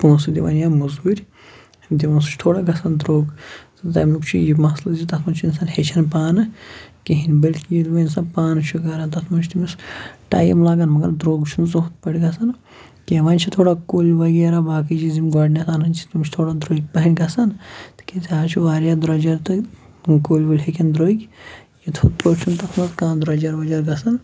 پونٛسہٕ دِون یا موٚزوٗرۍ دِوان سُہ چھُ تھوڑا گژھان درٛوٚگ تَمیُک چھُ یہِ مَسلہٕ زِ تَتھ منٛز چھُنہٕ اِنسان ہیٚچھان پانہٕ کِہیٖنۍ بٔلکہِ ییٚلہِ وَنۍ اِنسان پانہٕ چھُ کَران تَتھ منٛز چھُ تٔمِس ٹایم لَگَان مگر درٛوٚگ چھُنہٕ سُہ ہُتھ پٲٹھۍ گژھان کینٛہہ وَنۍ چھِ تھوڑا کُلۍ وغیرہ باقٕے چیٖز یِم گۄڈنٮ۪تھ اَنَن چھِ تٔمِس چھِ تھوڑا درٛوٚگۍ پَہَنۍ گژھان تِکیٛازِ آز چھُ واریاہ درٛوجَر تہٕ کُلۍ وُلۍ ہیٚکن درٛوٚگۍ یہِ تُتھ پٲٹھۍ چھُنہٕ تَتھ منٛز کانٛہہ درٛوجَر وۄجر گژھان